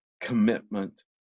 commitment